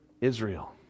Israel